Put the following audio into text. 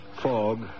fog